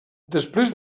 després